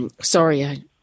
sorry